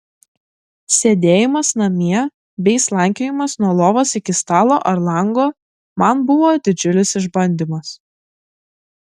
sėdėjimas namie bei slankiojimas nuo lovos iki stalo ar lango man buvo didžiulis išbandymas